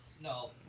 No